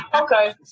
Okay